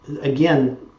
again